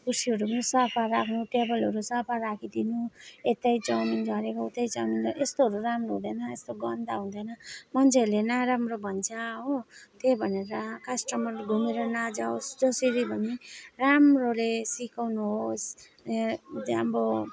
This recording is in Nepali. कुर्सीहरू पनि सफा राख्नु टेबलहरू सफा राखिदिनु यतै चाउमिन झरेको उतै चाउमिन यस्तोहरू राम्रो हुँदैन यस्तो गन्दा हुँदैन मान्छेहरूले नराम्रो भन्छ हो त्यही भनेर कस्टमर घुमेर नजावोस् जसरी भए पनि राम्रोले सिकाउनु होस् त्यहाँ त्यहाँ अब